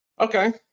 okay